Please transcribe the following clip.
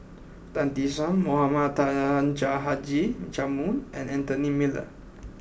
Tan Tee Suan Mohamed Taha Haji Jamil and Anthony Miller